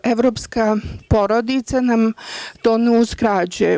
Evropska porodica nam to uskraćuje.